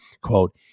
quote